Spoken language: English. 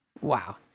Wow